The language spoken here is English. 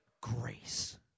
grace